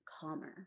calmer